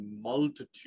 multitude